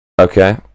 okay